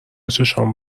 چشمام